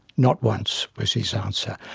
not once, was his answer.